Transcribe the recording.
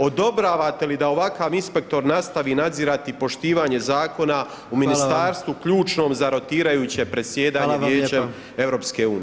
Odobravate li da ovakav inspektor nastavi nadzirati poštivanje zakona u ministarstvu ključnom za rotirajuće predsjedanje Vijećem EU-a?